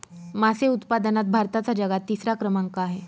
मासे उत्पादनात भारताचा जगात तिसरा क्रमांक आहे